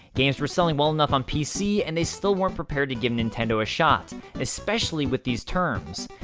games were selling well-enough on pc, and they still weren't prepared to give nintendo a shot especially with these terms.